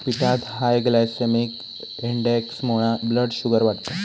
पिठात high glycaemic इंडेक्समुळा blood sugar वाढता